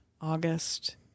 August